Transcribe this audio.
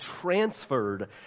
transferred